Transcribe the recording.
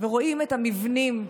ורואים את המבנים,